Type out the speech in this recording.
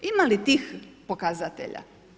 Ima li tih pokazatelja?